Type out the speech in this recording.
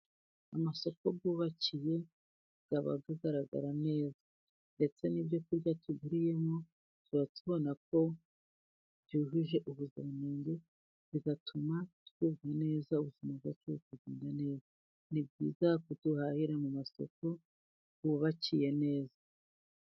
Amasoko yubakiye aba agaragara neza ndetse n'ibyo kurya tugiriyemo tuba tubona ko byujuje ubuziranenge bigatuma twumva neza ubuzima bwa tugenda neza ni byiza kuduhahira mu masoko yubakiye neza.